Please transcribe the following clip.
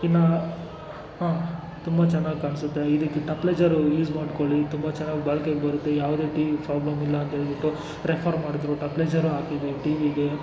ಇನ್ನೂ ತುಂಬ ಚೆನ್ನಾಗಿ ಕಾಣಿಸುತ್ತೆ ಇದಕ್ಕೆ ಟಪ್ಲೇಜರು ಯೂಸ್ ಮಾಡ್ಕೊಳ್ಳಿ ತುಂಬ ಚೆನ್ನಾಗಿ ಬಾಳ್ಕೆಗೆ ಬರುತ್ತೆ ಯಾವುದೇ ಟಿವಿಗೆ ಫ್ರೊಬ್ಲಮ್ ಇಲ್ಲ ಅಂಥೇಳ್ಬಿಟ್ಟು ರೆಫರ್ ಮಾಡಿದರು ಟಪ್ಲೇಜರೂ ಹಾಕಿದ್ವಿ ಟಿವಿಗೆ